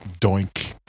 doink